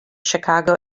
chicago